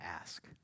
ask